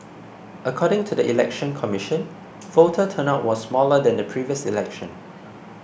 according to the Election Commission voter turnout was smaller than the previous election